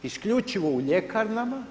Isključivo u ljekarnama.